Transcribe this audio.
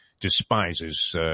despises